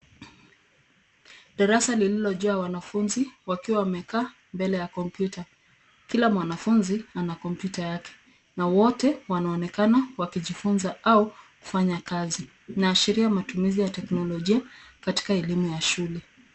Darasa lililojaa wanafunzi wakiwa wamekaa mbele ya komyuta. Kila mwanafunzi ana kompyuta yake na wote wanonekana wanajifunza au kufanya kazi. Inaashiria matumizi ya teknolojia katika elimu ya shule.